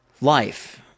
life